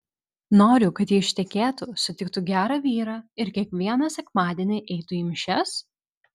noriu kad ji ištekėtų sutiktų gerą vyrą ir kiekvieną sekmadienį eitų į mišias